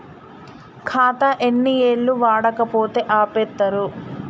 ఖాతా ఎన్ని ఏళ్లు వాడకపోతే ఆపేత్తరు?